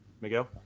Miguel